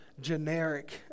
generic